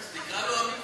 אז תקרא לו אמין חוסייני,